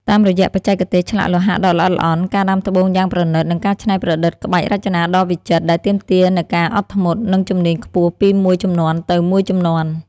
តាមរយៈបច្ចេកទេសឆ្លាក់លោហៈដ៏ល្អិតល្អន់ ការដាំត្បូងយ៉ាងប្រណីត និងការច្នៃប្រឌិតក្បាច់រចនាដ៏វិចិត្រ ដែលទាមទារនូវការអត់ធ្មត់ និងជំនាញខ្ពស់ពីមួយជំនាន់ទៅមួយជំនាន់។